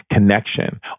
connection